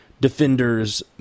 Defenders